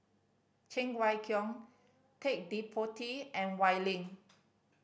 Cheng Wai Keung Ted De Ponti and Wee Lin